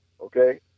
Okay